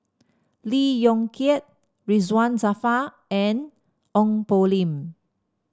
Lee Yong Kiat Ridzwan Dzafir and Ong Poh Lim